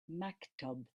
maktub